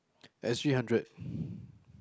S_G hundred